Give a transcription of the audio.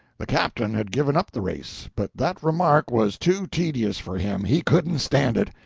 the captain had given up the race, but that remark was too tedious for him he couldn't stand it.